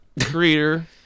creator